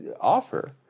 offer